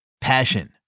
Passion